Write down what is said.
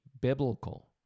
biblical